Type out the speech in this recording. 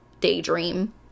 daydream